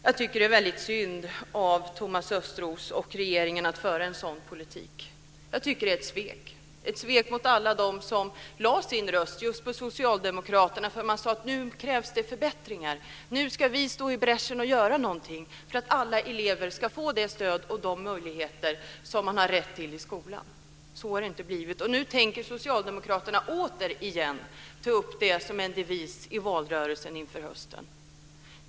Jag tycker att det är väldigt synd att Thomas Östros och regeringen för en sådan politik. Jag tycker att det är ett svek. Det är ett svek mot alla dem som lade sin röst just på Socialdemokraterna därför att man sade att nu krävs det förbättringar, nu ska vi gå i bräschen och göra någonting för att alla elever ska få det stöd och de möjligheter som man har rätt till i skolan. Så har det inte blivit, och nu tänker Socialdemokraterna återigen ta upp det som en devis i valrörelsen inför hösten.